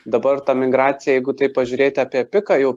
dabar ta migracija jeigu tai pažiūrėti apie piką jau